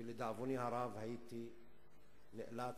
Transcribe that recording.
ולדאבוני הרב נאלצתי